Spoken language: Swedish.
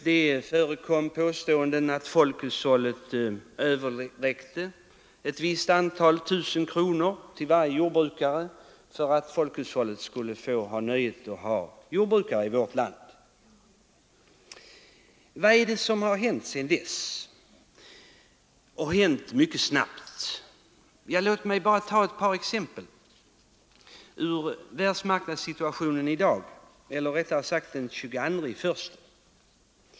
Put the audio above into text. Det förekom påståenden om att folkhushållet överräckte något eller några tusen kronor till varje jordbrukare för nöjet att ha jordbrukare i vårt land. Vad är det som har hänt sedan dess och hänt mycket snabbt? Låt mig med ett par exempel illustrera världsmarknadssituationen den 22 januari i år.